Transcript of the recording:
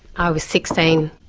i was sixteen.